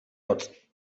hotz